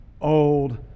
old